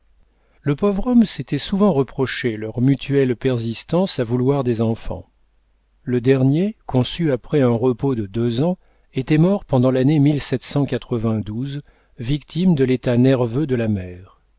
le pauvre homme s'était souvent reproché leur mutuelle persistance à vouloir des enfants le dernier conçu après un repos de deux ans était mort pendant l'année victime de l'état nerveux de la mère